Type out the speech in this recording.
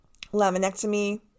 laminectomy